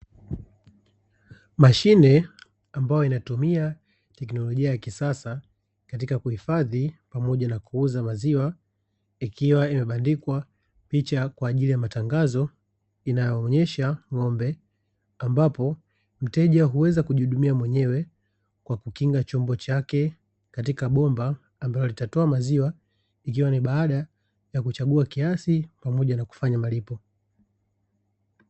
Mashine ambayo inatumia tekinologia ya kisasa katika kuhifadhi pamoja na kuuza maziwa ikiwa imebandikwa picha kwajili ya matangazo inayo onyesha ng'ombe. Ambapo mteja huweza kujihudumia mwenyewe kwa kukinga chombo chake katika bomba ambalo litatoa maziwa ikiwa ni baada ya kuchagua kiasi pamoja na kufanya malipo.